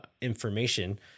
information